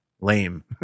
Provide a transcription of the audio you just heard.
Lame